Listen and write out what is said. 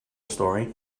story